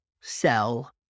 sell